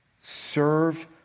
Serve